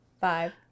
five